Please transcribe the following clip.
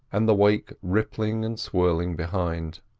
and the wake rippling and swirling behind.